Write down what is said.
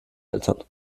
eltern